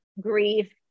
grief